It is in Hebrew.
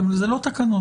זה לא תקנות.